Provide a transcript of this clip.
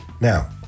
Now